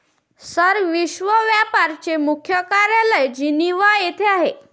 sir, विश्व व्यापार चे मुख्यालय जिनिव्हा येथे आहे